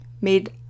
made